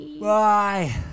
Bye